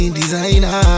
designer